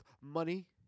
Money